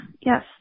yes